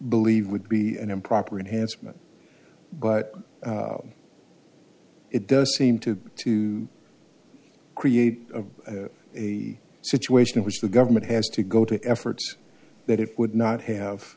believe would be an improper enhancement but it does seem to be to create a situation in which the government has to go to efforts that it would not have